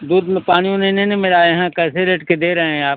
दूध में पानी ओनी नहीं न मिलाए हैं कैसे रेट के दे रहे हैं आप